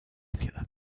ciudad